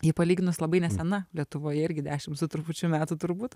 ji palyginus labai nesena lietuvoje irgi dešim su trupučiu metų turbūt